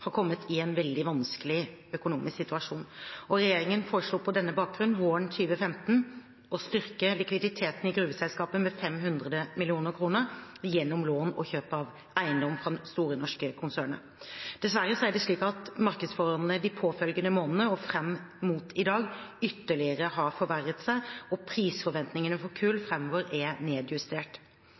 har kommet i en veldig vanskelig økonomisk situasjon. Regjeringen foreslo på denne bakgrunnen våren 2015 å styrke likviditeten i gruveselskapet med 500 mill. kr gjennom lån og kjøp av eiendom fra Store Norske-konsernet. Dessverre har markedsforholdene de påfølgende månedene og fram mot i dag ytterligere forverret seg, og prisforventningene for kull framover er nedjustert.